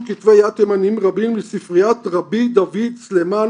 כתבי יד תימניים רבים לספריית ר' דוד סלימן